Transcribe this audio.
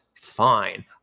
fine